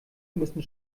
müssen